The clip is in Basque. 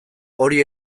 hori